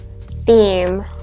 theme